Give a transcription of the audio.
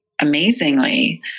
amazingly